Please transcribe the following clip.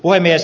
puhemies